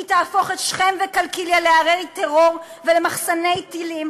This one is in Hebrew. היא תהפוך את שכם וקלקיליה לערי טרור ולמחסני טילים,